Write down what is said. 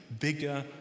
bigger